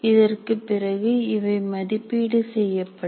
இதற்கு பிறகு இவை மதிப்பீடு செய்யப்படும்